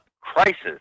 crisis